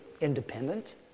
independent